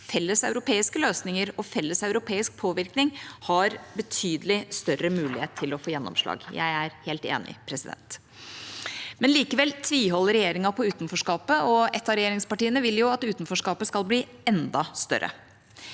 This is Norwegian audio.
felleseuropeiske løsninger og felleseuropeisk påvirkning har betydelig større mulighet til å få gjennomslag. Jeg er helt enig. Likevel tviholder regjeringa på utenforskapet, og et av regjeringspartiene vil jo at utenforskapet skal bli enda større.